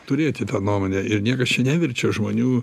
turėti tą nuomonę ir niekas čia neverčia žmonių